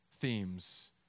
themes